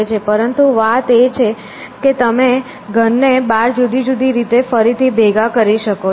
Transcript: પરંતુ વાત એ છે કે તમે ઘનને 12 જુદી જુદી રીતે ફરીથી ભેગા કરી શકો છો